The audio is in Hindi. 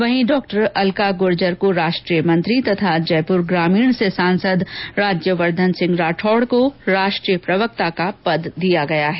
वहीं डॉ अल्का गुर्जर को राष्ट्रीय मंत्री तथा जयपुर ग्रोमीण से सांसद राज्यवर्द्वन सिंह राठौड़ को राष्ट्रीय प्रवक्ता का पद दिया गया है